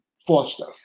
foster